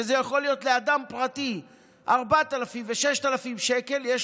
זה יכול להיות 4,000 ו-6,000 שקל לאדם פרטי,